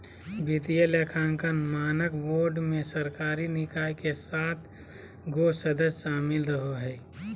वित्तीय लेखांकन मानक बोर्ड मे सरकारी निकाय के सात गो सदस्य शामिल रहो हय